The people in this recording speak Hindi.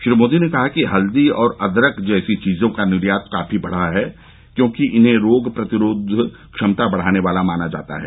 श्री मोदी ने कहा कि हल्दी और अदरक जैसी चीजों का निर्यात काफी बढा है क्योंकि इन्हें रोग प्रतिरोध क्षमता बढाने वाला माना जाता है